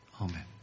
Amen